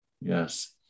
Yes